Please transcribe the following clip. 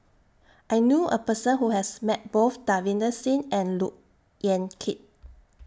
I knew A Person Who has Met Both Davinder Singh and Look Yan Kit